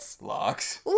Locks